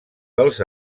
dels